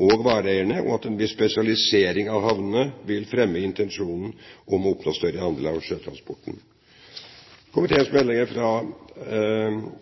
og vareeierne og at en viss spesialisering av havnene vil fremme intensjonen om å oppnå større andel av sjøtransporten. Komiteens medlemmer fra